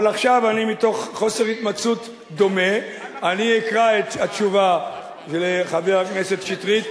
אבל עכשיו אני מתוך חוסר התמצאות דומה אקרא את התשובה לחבר הכנסת שטרית,